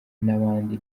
n’abandi